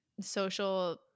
social –